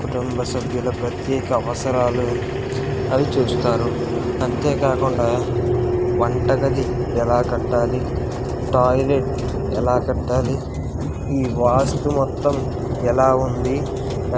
కుటుంబ సభ్యుల ప్రత్యేక అవసరాలు అవి చూస్తారు అంతేకాకుండా వంటగది ఎలా కట్టాలి టాయిలెట్ ఎలా కట్టాలి ఈ వాస్తు మొత్తం ఎలా ఉంది